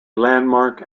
landmark